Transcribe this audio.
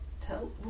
tell